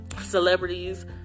celebrities